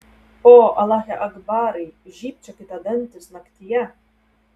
o alache akbarai žybčiokite dantys naktyje